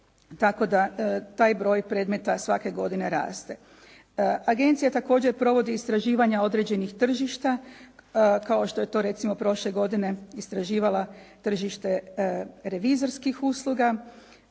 tako da taj broj predmeta svake godine raste. Agencija također provodi istraživanja određenih tržišta kao što je to recimo prošle godine istraživala tržište revizorskih usluga,